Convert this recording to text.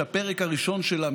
שהפרק הראשון שלה,